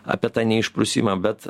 apie tą neišprusimą bet